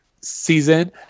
season